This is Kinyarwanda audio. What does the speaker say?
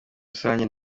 rusange